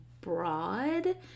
broad